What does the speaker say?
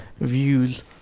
views